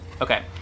okay